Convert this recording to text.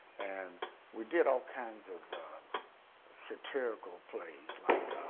and we did all kinds of satirical plays like